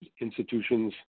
institutions